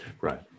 Right